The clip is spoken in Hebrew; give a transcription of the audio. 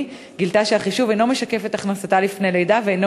היא גילתה שהחישוב אינו משקף את הכנסתה לפני הלידה ואינו